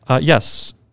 yes